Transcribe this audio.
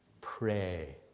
pray